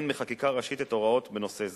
בחקיקה ראשית את ההוראות בנושא זה,